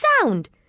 sound